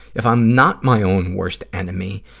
if i'm not my own worst enemy,